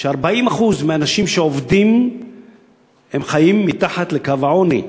ש-40% מהאנשים שעובדים חיים מתחת לקו העוני.